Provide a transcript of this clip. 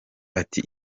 ati